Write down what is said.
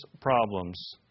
problems